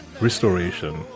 restoration